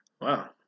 Wow